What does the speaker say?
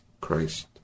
Christ